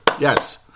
Yes